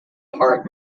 part